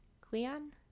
Cleon